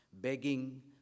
begging